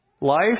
Life